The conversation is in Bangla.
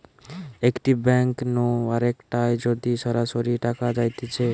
একটি ব্যাঙ্ক নু আরেকটায় যদি সরাসরি টাকা যাইতেছে